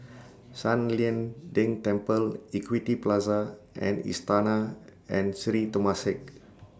San Lian Deng Temple Equity Plaza and Istana and Sri Temasek